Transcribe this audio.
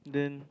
then